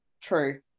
True